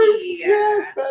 Yes